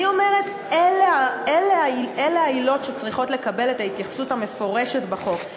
אני אומרת: אלה העילות שצריכות לקבל את ההתייחסות המפורשת בחוק.